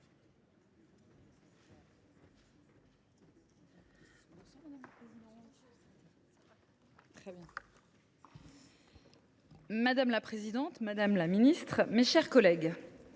Madame la présidente, madame la ministre, mes chers collègues,